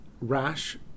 rash